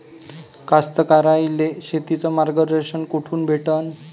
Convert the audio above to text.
कास्तकाराइले शेतीचं मार्गदर्शन कुठून भेटन?